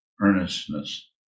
earnestness